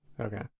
Okay